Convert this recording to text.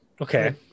Okay